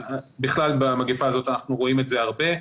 בכלל במגפה הזאת אנחנו רואים את זה הרבה,